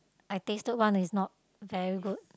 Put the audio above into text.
I tasted one is not very good